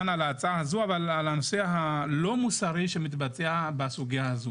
על הנושא הלא מוסרי שמתבצע בסוגיה הזו.